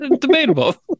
Debatable